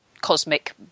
cosmic